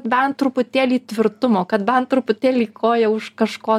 bent truputėlį tvirtumo kad bent truputėlį koja už kažko